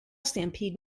stampede